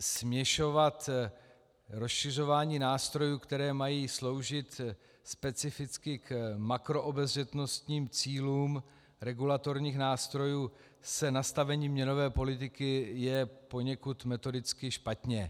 Směšovat rozšiřování nástrojů, které mají sloužit specificky k makroobezřetnostním cílům regulatorních nástrojů, s nastavením měnové politiky je poněkud metodicky špatně.